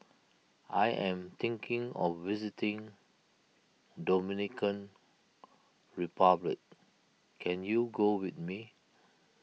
I am thinking of visiting Dominican Republic can you go with me